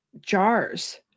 jars